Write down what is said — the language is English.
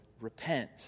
repent